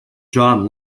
john